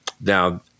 Now